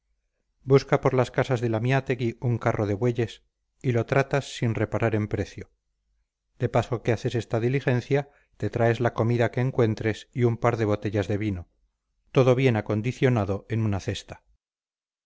busca por las casas de lamiátegui un carro de bueyes y lo tratas sin reparar en precio de paso que haces esta diligencia te traes la comida que encuentres y un par de botellas de vino todo bien acondicionado en una cesta